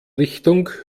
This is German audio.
richtung